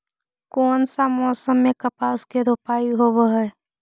कोन सा मोसम मे कपास के रोपाई होबहय?